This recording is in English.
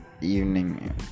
evening